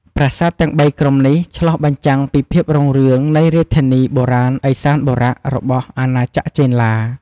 ប្រាសាទទាំងបីក្រុមនេះឆ្លុះបញ្ចាំងពីភាពរុងរឿងនៃរាជធានីបុរាណឥសានបុរៈរបស់អាណាចក្រចេនឡា។